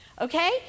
Okay